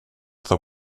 tar